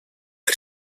per